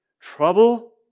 Trouble